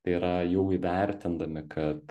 tai yra jau įvertindami kad